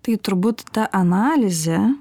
tai turbūt ta analizė